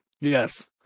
Yes